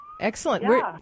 excellent